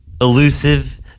elusive